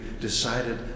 decided